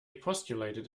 postulated